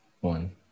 One